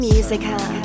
Musical